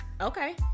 Okay